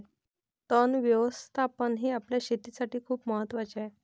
तण व्यवस्थापन हे आपल्या शेतीसाठी खूप महत्वाचे आहे